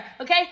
okay